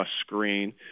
screen